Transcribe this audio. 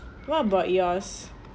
what about yours